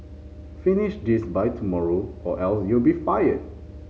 finish this by tomorrow or else you'll be fired